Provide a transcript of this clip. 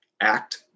act